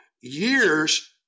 years